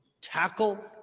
tackle